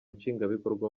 nshingwabikorwa